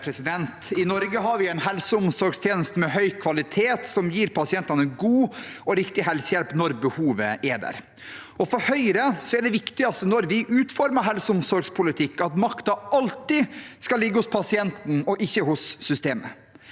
I Norge har vi en helse- og omsorgstjeneste med høy kvalitet, som gir pasientene god og riktig helsehjelp når behovet er der. For Høyre er det viktigste når vi utformer helse- og omsorgspolitikken at makten alltid skal ligge hos pasienten, og ikke hos systemet.